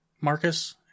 Marcus